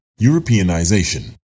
Europeanization